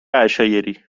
عشایری